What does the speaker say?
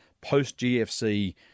post-GFC